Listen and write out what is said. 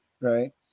right